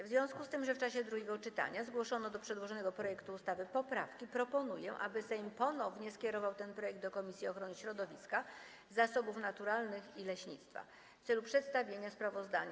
W związku z tym, że w czasie drugiego czytania zgłoszono do przedłożonego projektu ustawy poprawki, proponuję, aby Sejm ponownie skierował ten projekt do Komisji Ochrony Środowiska, Zasobów Naturalnych i Leśnictwa w celu przedstawienia sprawozdania.